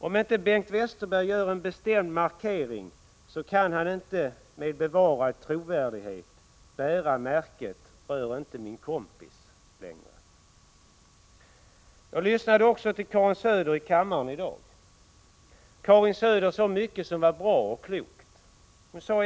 Om inte Bengt Westerberg gör en bestämd markering, kan han inte med bevarad trovärdighet längre bära märket ”Rör inte min kompis”. Jag lyssnade också till Karin Söder i kammaren i dag. Karin Söder sade mycket som var bra.